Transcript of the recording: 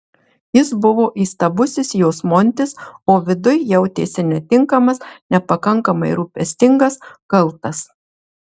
jis buvo įstabusis jos montis o viduj jautėsi netinkamas nepakankamai rūpestingas kaltas